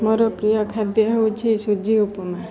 ମୋର ପ୍ରିୟ ଖାଦ୍ୟ ହେଉଛି ସୁଜି ଉପମା